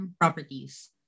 properties